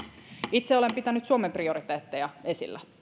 itse olen pitänyt suomen prioriteetteja esillä